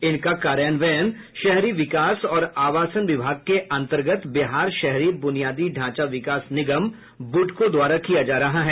इनका कार्यान्वयन शहरी विकास और आवासन विभाग के अंतर्गत बिहार शहरी बुनियादी ढांचा विकास निगम बुडको द्वारा किया जा रहा है